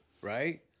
right